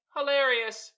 Hilarious